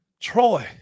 Troy